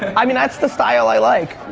i mean, that's the style i like.